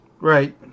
Right